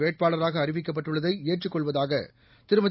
வேட்பாளராகஅறிவிக்கப்பட்டுள்ளதைஏற்றுக் கொள்வதாகதிருமதி